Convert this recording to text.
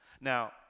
now